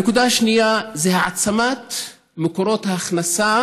הנקודה השנייה היא העצמת מקורות ההכנסה